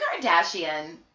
Kardashian